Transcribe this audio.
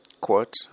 quote